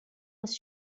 was